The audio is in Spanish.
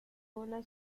una